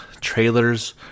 trailers